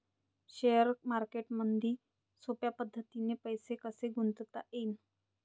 Share मार्केटमधी सोप्या पद्धतीने पैसे कसे गुंतवता येईन?